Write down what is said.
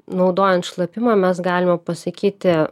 naudojant šlapimą mes galime pasakyti